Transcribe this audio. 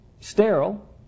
sterile